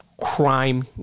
crime